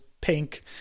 pink